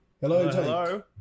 Hello